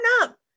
up